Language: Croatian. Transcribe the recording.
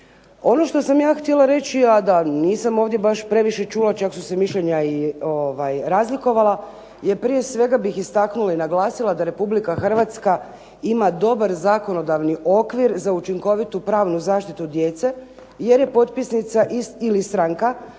Ono što sam ja htjela reći, a da nisam baš ovdje previše čula, čak su se mišljenja i razlikovala, jer prije svega bih istaknula i naglasila da Republika Hrvatska ima dobar zakonodavni okvir za učinkovitu pravnu zaštitu djece, jer je potpisnica ili stranka